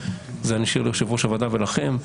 את זה אני אשאיר ליושב ראש הוועדה ולכם,